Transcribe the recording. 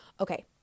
Okay